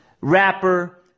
rapper